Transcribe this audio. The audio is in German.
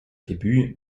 debüt